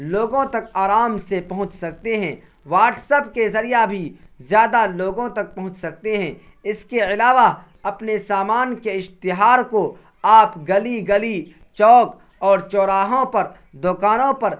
لوگوں تک آرام سے پہنچ سکتے ہیں واٹس اپ کے ذریعہ بھی زیادہ لوگوں تک پہنچ سکتے ہیں اس کے علاوہ اپنے سامان کے اشتہار کو آپ گلی گلی چوک اور چوراہوں پر دکانوں پر